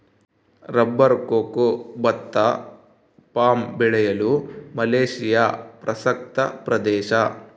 rubber cocoa ಭತ್ತ palm ಬೆಳೆಯಲು Malaysia ಪ್ರಸಕ್ತ ಪ್ರದೇಶ